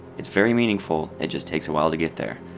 it's very meaningful, it just takes a while to get there.